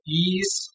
ease